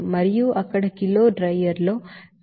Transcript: మరియు అక్కడ kilo dryer లో 0